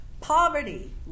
poverty